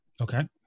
Okay